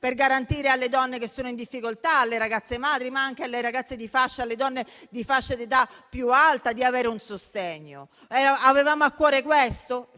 per garantire alle donne che sono in difficoltà, alle ragazze madri, ma anche alle donne di fascia d'età più alta, di avere un sostegno. Avevamo a cuore questo?